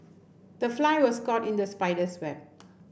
the fly was caught in the spider's web